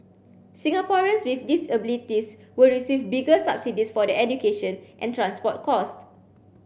Singaporeans with disabilities will receive bigger subsidies for their education and transport cost